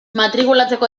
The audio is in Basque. matrikulatzeko